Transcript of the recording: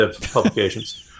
publications